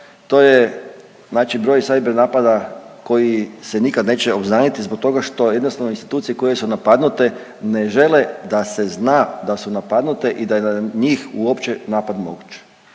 znači broj cyber napada koji se nikad neće obznaniti zbog toga što jednostavno, institucije koje su napadnute ne žele da se zna da su napadnute i da je na njih uopće napad moguć.